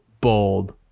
Bold